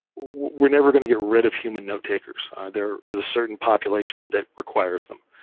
we're never gonna get rid of human notetakers, there is a certain population that requires them,